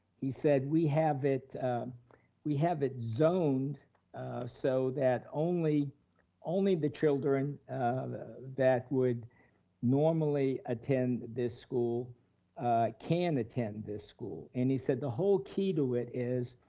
he said we have it we have it zoned so that only only the children um that would normally attend this school can attend this school, and he said the whole key to it is,